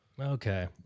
Okay